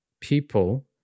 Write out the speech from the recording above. people